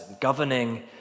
governing